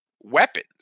weapons